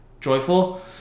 joyful